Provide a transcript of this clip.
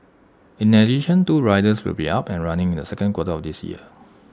in addition two rides will be up and running in the second quarter of this year